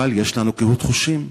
אבל יש לנו קהות חשים.